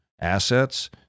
assets